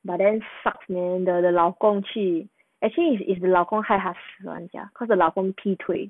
but then sucks man the 老公去 actually it's 老公害她死完家 cause the 老公劈腿